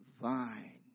vine